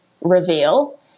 reveal